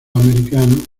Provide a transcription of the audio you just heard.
americano